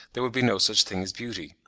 there would be no such thing as beauty.